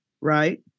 right